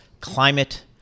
climate